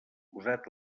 posat